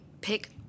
pick